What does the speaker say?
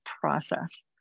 process